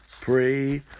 Pray